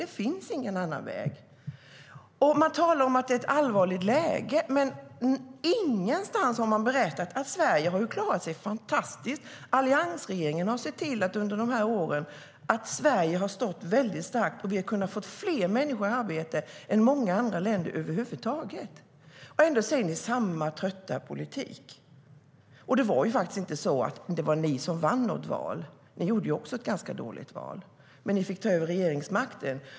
Det finns ingen annan väg. Det var faktiskt inte så att ni vann valet. Ni gjorde också ett ganska dåligt val. Men ni fick ta över regeringsmakten.